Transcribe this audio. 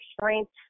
strength